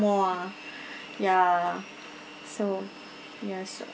more ah ya so ya so